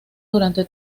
durante